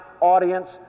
audience